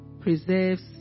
preserves